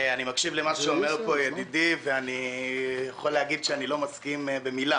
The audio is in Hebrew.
אני מקשיב למה שאומר פה ידידי ואני יכול להגיד שאני לא מסכים במילה